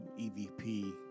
EVP